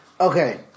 Okay